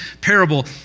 parable